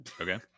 Okay